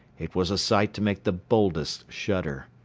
it was a sight to make the boldest shudder.